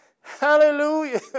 Hallelujah